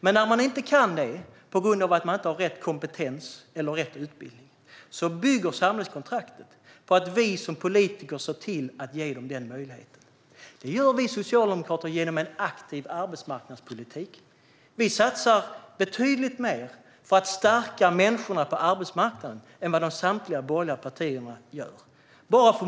Men när de inte kan det på grund av att de inte har rätt kompetens eller rätt utbildning bygger samhällskontraktet på att vi som politiker ser till att ge dem den möjligheten. Det gör vi socialdemokrater genom en aktiv arbetsmarknadspolitik. Vi satsar betydligt mer på att stärka människorna på arbetsmarknaden än vad samtliga borgerliga partier gör.